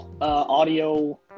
audio